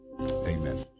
Amen